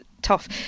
tough